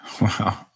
Wow